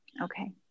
Okay